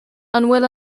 bhfuil